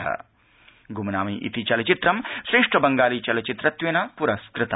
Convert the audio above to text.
गुमनामीइति चलचित्रं श्रेष्ठ बंगाली चलचित्रत्वेन पुरस्कृतम्